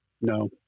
No